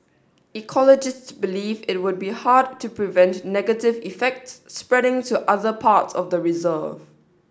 ecologists believe it would be hard to prevent negative effects spreading to other parts of the reserve